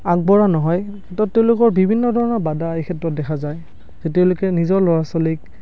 আগবঢ়া নহয় তাত তেওঁলোকৰ বিভিন্ন ধৰণৰ বাধা এইক্ষেত্ৰত দেখা যায় যে তেওঁলোকে নিজৰ ল'ৰা ছোৱালীক